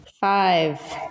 Five